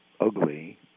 ugly